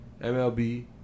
MLB